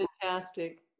Fantastic